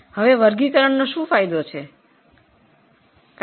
આ વર્ગીકરણનો શું ફાયદો